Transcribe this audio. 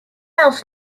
else